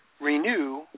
renew